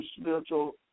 spiritual